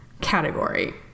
category